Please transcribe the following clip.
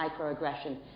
microaggression